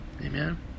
Amen